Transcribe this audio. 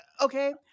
okay